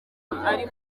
ari